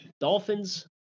Dolphins